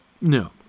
No